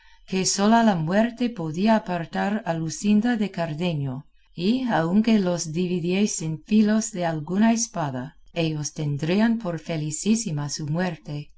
que sola la muerte podía apartar a luscinda de cardenio y aunque los dividiesen filos de alguna espada ellos tendrían por felicísima su muerte